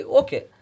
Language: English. okay